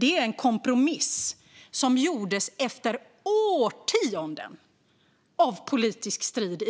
Det var en kompromiss som gjordes efter årtionden av politisk strid